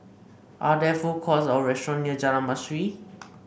are there food courts or restaurant near Jalan Mastuli